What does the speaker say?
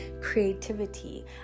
creativity